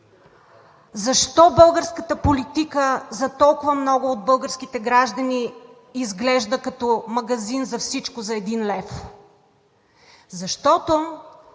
Защо българската политика за толкова много от българските граждани изглежда като магазин „Всичко – за един лев“? Защото